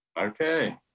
Okay